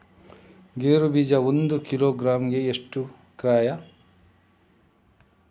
ಗೇರು ಬೀಜ ಒಂದು ಕಿಲೋಗ್ರಾಂ ಗೆ ಎಷ್ಟು ಕ್ರಯ?